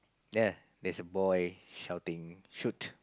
there there's a boy shouting shoot